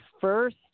first